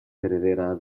heredera